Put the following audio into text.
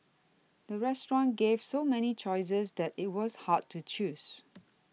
the restaurant gave so many choices that it was hard to choose